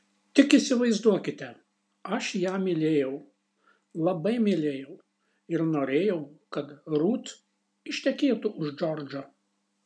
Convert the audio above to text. tik įsivaizduokite aš ją mylėjau labai mylėjau ir norėjau kad rut ištekėtų už džordžo